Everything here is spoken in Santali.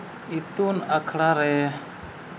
ᱤᱛᱩᱱ ᱟᱥᱲᱟ ᱨᱮ